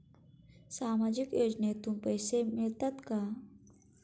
सामाजिक योजनेतून पैसे मिळतात का?